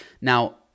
Now